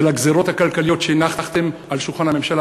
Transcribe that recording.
הגזירות הכלכליות שהנחתם על שולחן הממשלה,